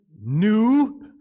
new